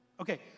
Okay